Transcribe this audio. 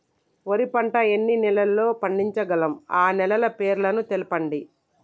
వరి పంట ఎన్ని నెలల్లో పండించగలం ఆ నెలల పేర్లను తెలుపండి?